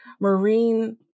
marine